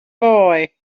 boy